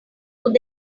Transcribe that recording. would